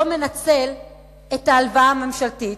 לא מנצל את ההלוואה הממשלתית?